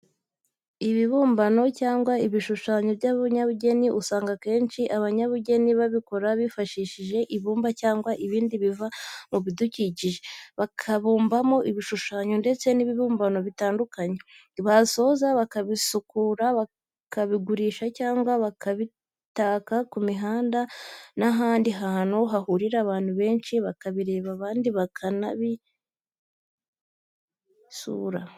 Ibibumbano cyangwa ibishushanyo by'abanyabugeni usanga akenshi abanyabugeni babikora bifashishije ibumba cyangwa ibindi biva mu bidukikije bakabumbamo ibishushanyo ndetse n'ibibumbano bitandukanye, basoza bakabisukura bakabigurisha cyangwa bakabitaka ku mihanda n'ahandi hantu hahurira abantu benshi bakabireba abandi bakanabisura.